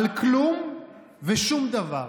על כלום ושום דבר,